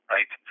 Right